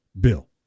Bill